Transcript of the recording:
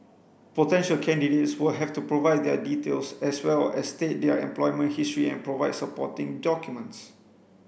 potential candidates will have to provide their details as well as state their employment history and provide supporting documents